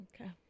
Okay